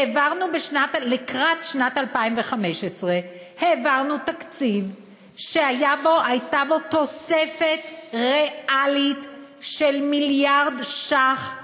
העברנו לקראת שנת 2015 תקציב שהייתה בו תוספת ריאלית של מיליארד שקלים